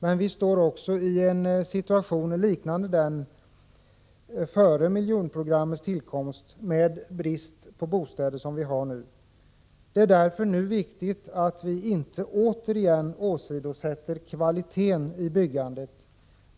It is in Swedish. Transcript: Vi befinner oss också i en situation liknande den som rådde före miljonprogrammets tillkomst med brist på bostäder. Det är därför nu viktigt att vi inte återigen åsidosätter kvaliteten i byggandet.